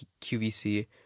QVC